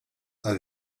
and